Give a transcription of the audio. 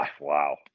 Wow